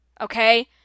okay